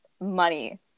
money